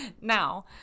now